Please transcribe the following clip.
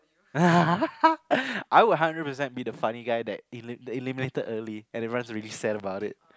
I would hundred percent be the funny guy that eli~ eliminated early and everyone's really sad about it